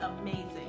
amazing